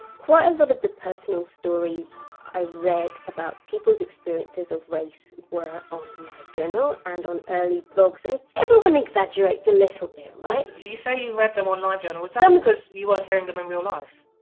quite a lot of the personal stories i read about people's experiences of race were on livejournal and on early blogs and everyone exaggerates a little bit right you say you read them on livejournal, but so that because you weren't hearing them in real life?